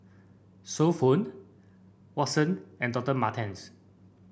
So Pho Watsons and Doctor Martens